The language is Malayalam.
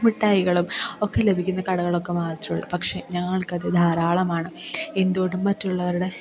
മിട്ടായികളും ഒക്കെ ലഭിക്കുന്ന കടകളൊക്കെ മാത്രമുള്ളു പക്ഷെ ഞങ്ങൾക്കത് ധാരാളമാണ് എന്ത്കൊണ്ടും മറ്റുള്ളവരുടെ